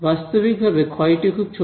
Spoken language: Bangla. বাস্তবিক ভাবে ক্ষয়টি খুব ছোট